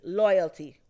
loyalty